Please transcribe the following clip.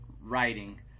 writing